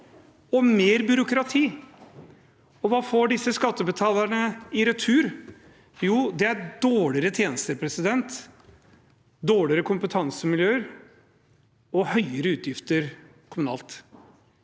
og mer byråkrati. Og hva får disse skattebetalerne i retur? Jo, de får dårligere tjenester, dårligere kompetansemiljøer og høyere utgifter kommunalt.